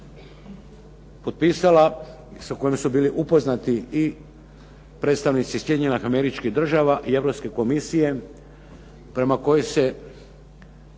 potpisala, i sa kojom su bili upoznati i predstavnici Sjedinjenih Američkih Država i Europske Komisije, prema kojoj se